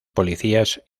policías